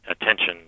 attention